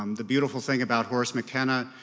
um the beautiful thing about horace mckenna